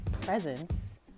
presence